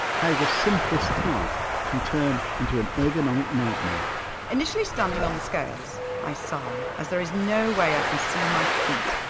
how the simplest task can turn into an ergonomic nightmare initially standing on the scales i sigh as there is no way i can see my feet,